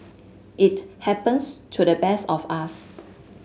it happens to the best of us